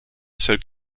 seuls